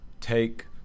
take